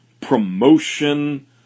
promotion